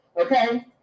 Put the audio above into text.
okay